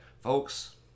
folks